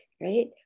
right